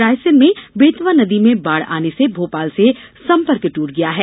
रायसेन में बेतवा नदी में बाढ़ आने से भोपाल से संपर्क ट्रट गया है